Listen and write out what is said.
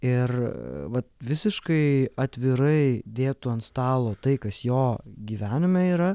ir vat visiškai atvirai dėtų ant stalo tai kas jo gyvenime yra